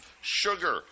Sugar